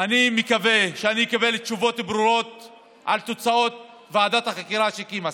אני מקווה שאני אקבל תשובות ברורות על תוצאות ועדת החקירה שהקים השר.